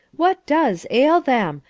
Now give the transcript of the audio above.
what does ail them?